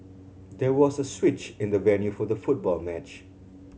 there was a switch in the venue for the football match